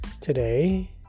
today